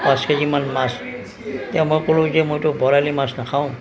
পাঁচ কেজিমান মাছ তেতিয়া মই ক'লোঁ যে মইতো বৰালি মাছ নাখাওঁ